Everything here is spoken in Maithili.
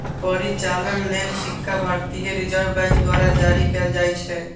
परिचालन लेल सिक्का भारतीय रिजर्व बैंक द्वारा जारी कैल जाइ छै